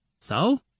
So